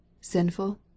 sinful